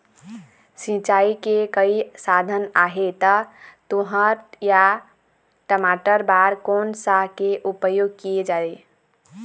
सिचाई के कई साधन आहे ता तुंहर या टमाटर बार कोन सा के उपयोग किए जाए?